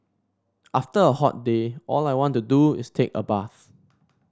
after a hot day all I want to do is take a bath